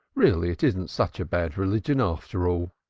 really, it isn't such a bad religion after all.